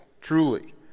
truly